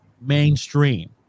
mainstream